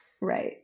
Right